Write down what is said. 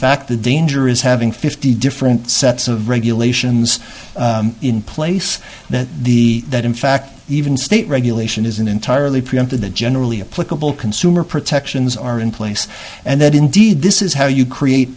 fact the danger is having fifty different sets of regulations in place the that in fact even state regulation isn't entirely preempted the generally applicable consumer protections are in place and that indeed this is how you create